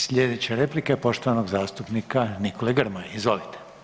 Sljedeća replika je poštovanog zastupnika Nikole Grmoje, izvolite.